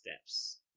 steps